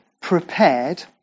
Prepared